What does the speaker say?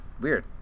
Weird